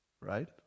right